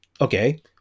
okay